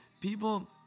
people